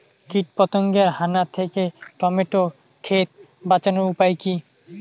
কীটপতঙ্গের হানা থেকে টমেটো ক্ষেত বাঁচানোর উপায় কি?